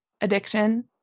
addiction